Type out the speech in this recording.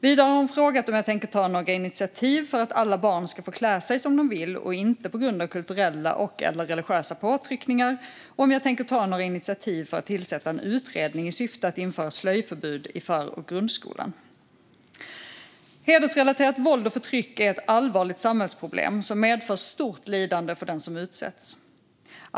Vidare har hon frågat om jag tänker ta några initiativ för att alla barn ska få klä sig som de vill och inte på grund av kulturella och/eller religiösa påtryckningar och om jag tänker ta några initiativ för att tillsätta en utredning i syfte att införa slöjförbud i för och grundskolan. Hedersrelaterat våld och förtryck är ett allvarligt samhällsproblem som medför stort lidande för dem som utsätts.